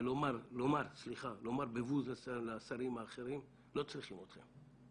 ולומר בבוז לשרים האחרים, לא צריכים אתכם.